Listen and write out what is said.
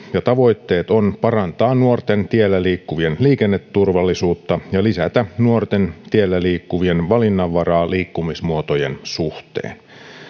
ja tavoitteena on parantaa tiellä liikkuvien nuorten liikenneturvallisuutta ja lisätä tiellä liikkuvien nuorten valinnanvaraa liikkumismuotojen suhteen